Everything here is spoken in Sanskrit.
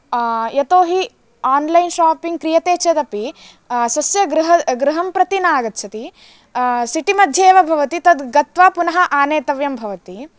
यतो हि आन्लैन् शापिङ्ग् क्रियते चेदपि स्वस्य गृह गृहं प्रति न आगच्छति सिटि मध्ये एव भवति तद् गत्वा पुनः आनेतव्यं भवति